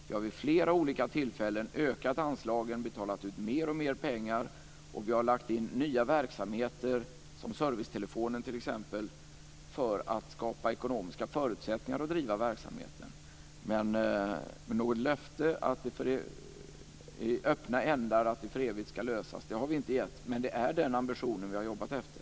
Vi har vid flera olika tillfällen ökat anslagen och betalat ut mer och mer pengar. Vi har lagt in nya verksamheter, t.ex. servicetelefonen, för att skapa ekonomiska förutsättningar att driva verksamheten. Något löfte om att det för evigt ska lösas har vi inte gett, men det är den ambitionen vi har jobbat efter.